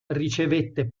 ricevette